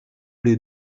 les